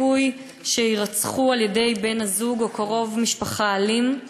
סיכוי שיירצחו על-ידי בן-הזוג או קרוב משפחה אלים.